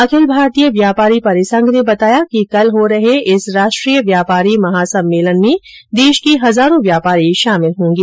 अखिल भारतीय व्यापारी परिसंघ ने बताया कि कल हो रहे इस राष्ट्रीय व्यापारी महासम्मेलन में देश के हजारों व्यापारी शामिल होंगे